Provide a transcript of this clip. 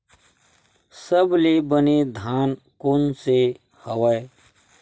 सबले बने धान कोन से हवय?